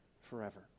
forever